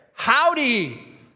Howdy